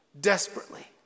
desperately